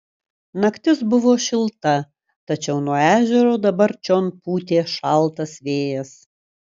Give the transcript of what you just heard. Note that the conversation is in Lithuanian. naktis buvo šilta tačiau nuo ežero dabar čion pūtė šaltas vėjas